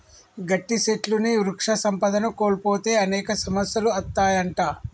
గట్టి సెట్లుని వృక్ష సంపదను కోల్పోతే అనేక సమస్యలు అత్తాయంట